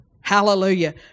Hallelujah